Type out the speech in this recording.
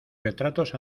retratos